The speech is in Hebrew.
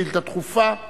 שאילתא דחופה בנושא: